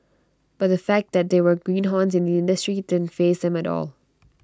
but the fact that they were greenhorns in the industry didn't faze them at all